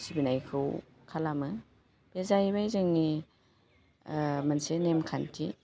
सिबिनायखौ खालामो बे जाहैबाय जोंनि मोनसे नेमखान्थि